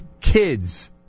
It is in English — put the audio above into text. kids